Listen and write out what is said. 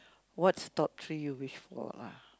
what's top three you wish for lah